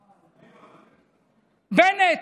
בנט.